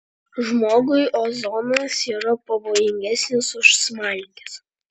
žmogui ozonas yra pavojingesnis už smalkes